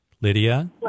Lydia